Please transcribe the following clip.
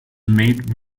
made